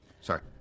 Sorry